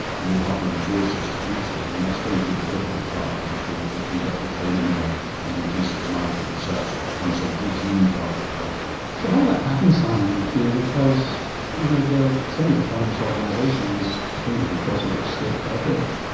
and will have the resources to do so. and that's going to be the critical part to ensure that we can get the training done and increase the amount of research that becomes a routine part of healthcare. so how will that happen, simon mckeon, because you know they are semiautonomous organisations, depending and of course in which state they operate.